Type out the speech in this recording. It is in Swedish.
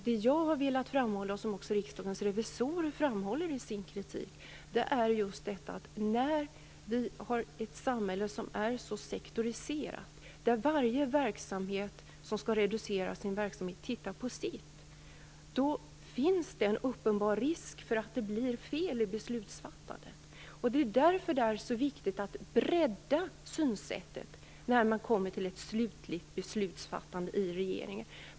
Det som jag har velat framhålla, vilket också Riksdagens revisorer framhåller i sin kritik, är just detta att när vi har ett samhälle som är så sektoriserat, där varje verksamhet som skall reducera sin verksamhet tittar på sitt, då finns det en uppenbar risk för att det blir fel i beslutsfattandet. Det är därför som det är så viktigt att bredda synsättet när man kommer till ett slutligt beslutsfattande i regeringen.